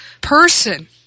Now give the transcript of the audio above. person